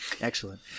excellent